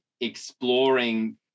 exploring